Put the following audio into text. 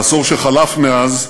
בעשור שחלף מאז,